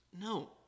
No